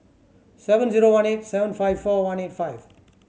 seven zero one eight seven five four one eight five